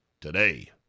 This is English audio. today